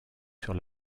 sur